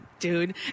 Dude